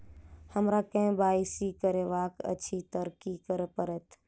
हमरा केँ Y C करेवाक अछि तऽ की करऽ पड़तै?